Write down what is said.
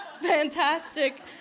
fantastic